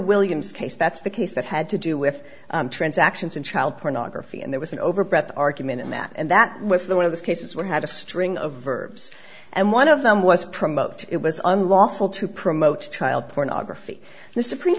williams case that's the case that had to do with transactions and child pornography and there was an overbroad argument on that and that was the one of those cases where you had a string of verbs and one of them was promote it was unlawful to promote child pornography the supreme